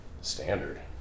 Standard